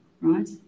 right